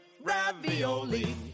ravioli